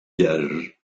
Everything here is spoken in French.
gages